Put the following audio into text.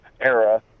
era